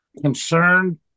concerned